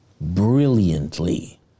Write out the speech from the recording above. brilliantly